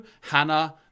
Hannah